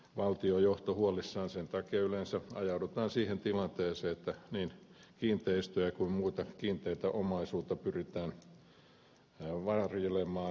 sen takia yleensä ajaudutaan siihen tilanteeseen että niin kiinteistöjä kuin muuta kiinteätä omaisuutta pyritään varjelemaan